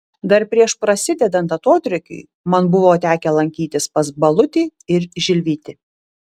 dar prieš prasidedant atodrėkiui man buvo tekę lankytis pas balutį ir žilvitį